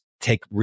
take